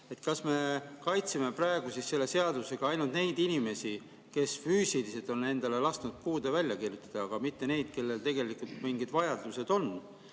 Kas me kaitseme praegu selle seadusega ainult neid inimesi, kes füüsiliselt on endale lasknud puude välja kirjutada, aga mitte neid, kellel tegelikult mingid vajadused